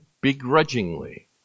begrudgingly